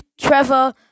Trevor